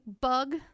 bug